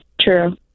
True